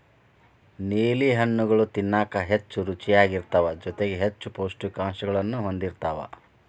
ನೇಲಿ ಹಣ್ಣುಗಳು ತಿನ್ನಾಕ ಹೆಚ್ಚು ರುಚಿಯಾಗಿರ್ತಾವ ಜೊತೆಗಿ ಹೆಚ್ಚು ಪೌಷ್ಠಿಕಾಂಶಗಳನ್ನೂ ಹೊಂದಿರ್ತಾವ